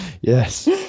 Yes